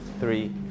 three